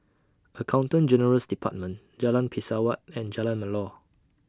Accountant General's department Jalan Pesawat and Jalan Melor